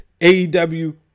AEW